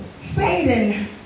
Satan